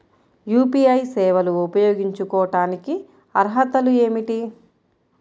UPI సేవలు ఉపయోగించుకోటానికి అర్హతలు ఏమిటీ?